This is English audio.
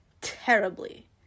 terribly